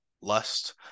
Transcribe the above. lust